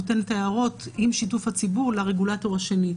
נותן את ההערות עם שיתוף הציבור לרגולטור השני.